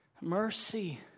Mercy